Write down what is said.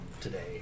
today